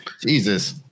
Jesus